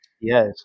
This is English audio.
Yes